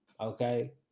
okay